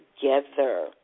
together